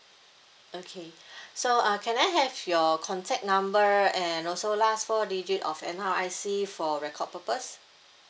okay so uh can I have your contact number and also last four digit of N_R_I_C for record purpose